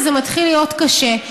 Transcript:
וזה מתחיל להיות קשה.